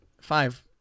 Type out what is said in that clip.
Five